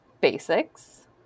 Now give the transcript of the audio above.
basics